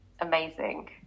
amazing